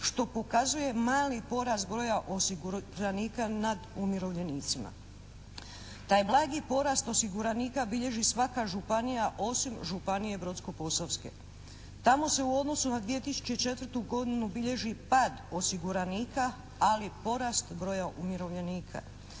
što pokazuje mali porast broja osiguranika nad umirovljenicima. Taj blagi porast osiguranika bilježi svaka županija, osim županije Brodsko-posavske. Tamo se u odnosu na 2004. godinu bilježi pad osiguranika ali i porast broja umirovljenika.